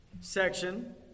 section